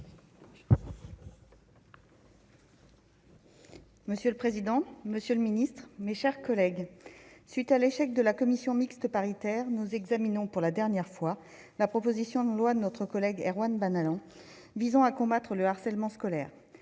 Monsieur le président, monsieur le ministre, mes chers collègues, à la suite de l'échec de la commission mixte paritaire, nous examinons pour la dernière fois la proposition de loi de notre collègue député Erwan Balanant visant à combattre le harcèlement scolaire,